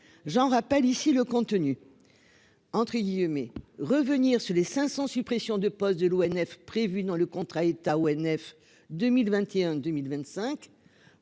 J'en rappelle ici le contenu. Entrée guillemets revenir sur les 500 suppressions de postes de l'ONF prévue dans le contrat État ONF 2021 2025